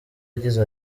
agize